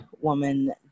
woman